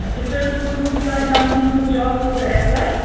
آچھا تۄہہِ اوسوٕ کوٚرمُت سانہِ کَمپٔنی منٛز جابہٕ خٲطرٕ ایٚپلاے